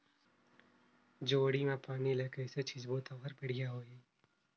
जोणी मा पानी ला कइसे सिंचबो ता ओहार बेडिया होही?